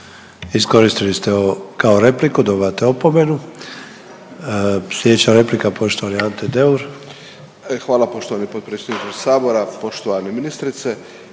Iskoristili ste ovo kao repliku, dobivate opomenu. Slijedeća replika poštovani Ante Deur. **Deur, Ante (HDZ)** E hvala poštovani potpredsjedniče sabora. Poštovana ministrice